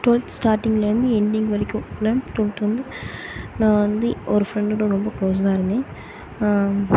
twelfth ஸ்டாட்டிங்லந்து ending வரைக்கும் eleventh twelfth வந்து நான் வந்து ஒரு ஃபிரெண்டோட ரொம்ப க்ளோஸ்ஸாக இருந்தேன்